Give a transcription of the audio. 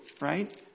right